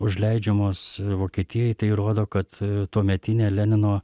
užleidžiamos vokietijai tai rodo kad tuometinė lenino